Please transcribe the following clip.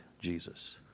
Jesus